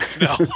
No